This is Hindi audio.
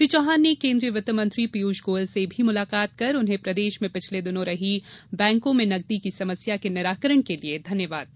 श्री चौहान ने केन्द्रीय वित्त मंत्री श्री पीयूष गोयल से भी मुलाकात कर उन्हें प्रदेश में पिछले दिनों रही बैंकों में नगदी की समस्या के निराकरण के लिए धन्यवाद दिया